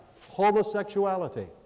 homosexuality